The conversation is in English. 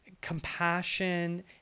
compassion